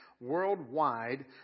worldwide